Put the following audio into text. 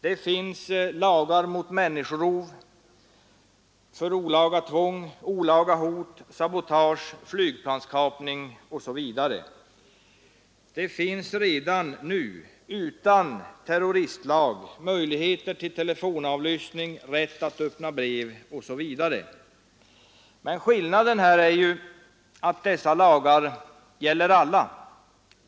Det finns lagar mot människorov, olaga tvång, olaga hot, sabotage, flygplanskapning osv. Det finns redan utan terroristlag möjligheter till telefonavlyssning, rätt att öppna brev osv. Men skillnaden är ju att dessa lagar gäller alla.